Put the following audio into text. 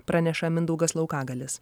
praneša mindaugas laukagalis